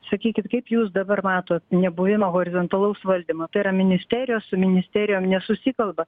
sakykit kaip jūs dabar matot nebuvimą horizontalaus valdymo tai yra ministerijos su ministerijom nesusikalba